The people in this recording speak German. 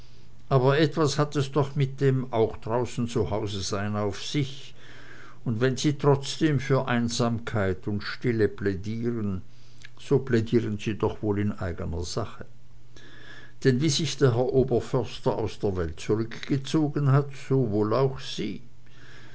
aber etwas hat es doch mit dem auch draußen zu hause sein auf sich und wenn sie trotzdem für einsamkeit und stille plädieren so plädieren sie wohl in eigner sache denn wie sich der herr oberförster aus der welt zurückgezogen hat so wohl auch sie